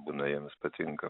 būna jiems patinka